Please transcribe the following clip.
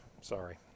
sorry